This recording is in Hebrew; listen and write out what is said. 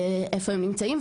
איפה הם נמצאים.